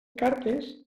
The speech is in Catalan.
cartes